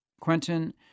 Quentin